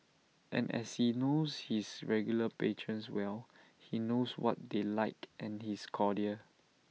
and as he knows his regular patrons well he knows what they like and is cordial